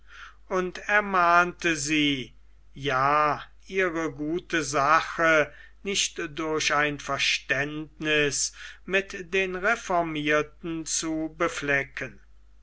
und ermahnte sie ja ihre gute sache nicht durch ein verständniß mit den reformierten zu beflecken